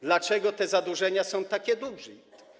Dlaczego te zadłużenia są takie duże?